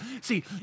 See